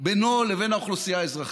בינו לבין האוכלוסייה האזרחית.